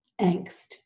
angst